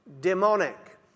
demonic